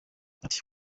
ati